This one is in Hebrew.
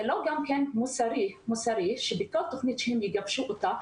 זה גם לא מוסרי שבכל תוכנית שמגבשים אותה,